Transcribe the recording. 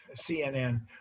CNN